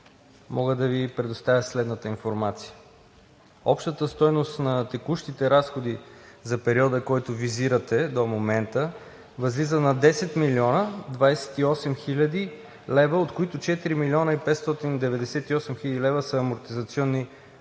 мога да Ви предоставя следната информация: общата стойност на текущите разходи за периода, който визирате до момента, възлиза на 10 млн. 28 хил. лв., от които 4 млн. 598 хил. лв. са амортизационни отчисления